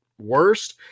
worst